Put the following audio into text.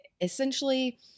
essentially